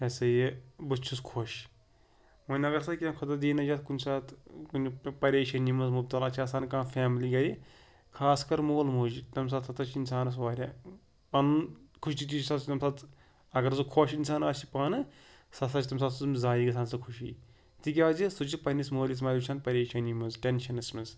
یہِ ہَسا یہِ بہٕ تہِ چھُس خۄش وۄنۍ اگر سا کینٛہہ خۄدا دیٖن نجات کُنہِ ساتہٕ کُنہِ پریشٲنی منٛز مُبتلا چھِ آسان کانٛہہ فیملی گٔے خاص کَر مول موج تَمہِ ساتہٕ ہَسا چھِ اِنسانَس واریاہ پَنُن تَمہِ ساتہٕ اگر سُہ خۄش اِنسان آسہِ پانہٕ سُہ ہَسا چھِ تَمہِ ساتہٕ سٕم زایہِ گژھان سُہ خُشی تِکیٛازِ سُہ چھِ پنٛنِس مٲلِس ماجہِ وٕچھان پریشٲنی منٛز ٹٮ۪نشَنَس منٛز